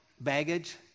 baggage